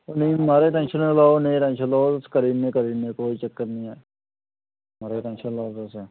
नेईं महाराज टैंशन निं लैओ नेईं टैंशन लैओ अस करी ओड़ने आं करी ओड़ने आं कोई चक्कर निं ऐ नेईं टैंशन लैओ तुस